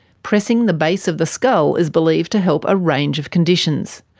pressing the base of the skull is believed to help a range of conditions.